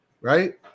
right